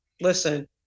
listen